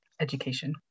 education